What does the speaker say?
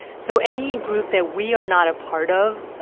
so any group that we are not a part of,